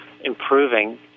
improving